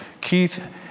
Keith